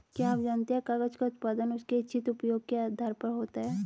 क्या आप जानते है कागज़ का उत्पादन उसके इच्छित उपयोग के आधार पर होता है?